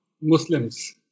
Muslims